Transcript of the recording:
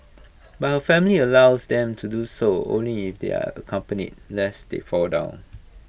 but her family allows them to do so only if they are accompanied lest they fall down